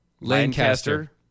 Lancaster